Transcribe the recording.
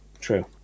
True